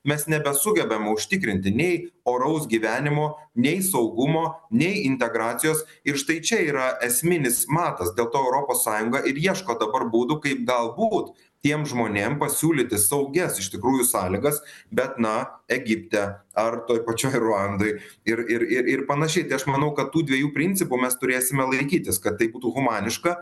mes nebesugebam užtikrinti nei oraus gyvenimo nei saugumo nei integracijos ir štai čia yra esminis matas dėl to europos sąjunga ir ieško dabar būdų kaip galbūt tiem žmonėm pasiūlyti saugias iš tikrųjų sąlygas bet na egipte ar toje pačioj ruandoj ir ir ir panašiai tai aš manau kad tų dviejų principų mes turėsime laikytis kad tai būtų humaniška